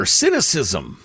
cynicism